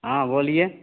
हाँ बोलिए